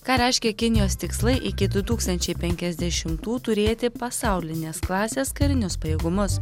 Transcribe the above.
ką reiškia kinijos tikslai iki du tūstančiai penkiasdešimtų turėti pasaulinės klasės karinius pajėgumus